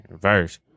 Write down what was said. verse